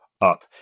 up